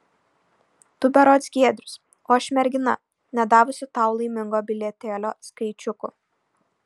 tu berods giedrius o aš mergina nedavusi tau laimingo bilietėlio skaičiukų